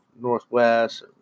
northwest